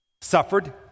suffered